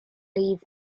live